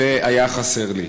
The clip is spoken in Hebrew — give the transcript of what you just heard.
זה היה חסר לי.